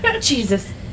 Jesus